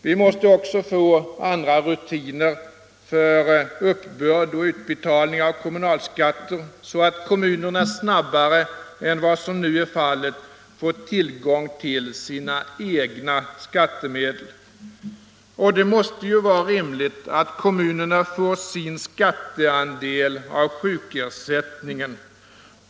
Vi måste också få andra rutiner för uppbörd och utbetalning av kommunalskatter, så att kommunerna snabbare än vad som nu är fallet får tillgång till sina egna skattemedel. Det måste vara rimligt att kommunerna får sin skatteandel av sjukersättningen.